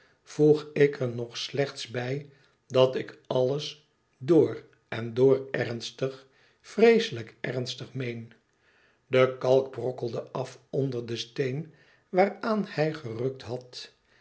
voeg ik er nog slechts bij dat ik alles door en door ernstig vreeselijk ernstig meen de kalk brokkelde af onder den steen waaraan hij gerukt had